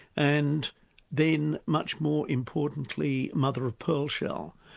and then much more importantly mother-of-pearl shell,